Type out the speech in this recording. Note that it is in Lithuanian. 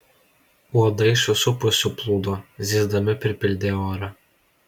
uodai iš visų pusių plūdo zyzdami pripildė orą